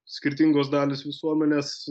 skirtingos dalys visuomenės